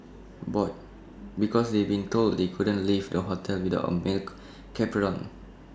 bored because they'd been told they couldn't leave the hotel without A male chaperone